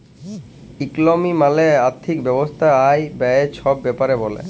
ইকলমি মালে আথ্থিক ব্যবস্থা আয়, ব্যায়ে ছব ব্যাপারে ব্যলে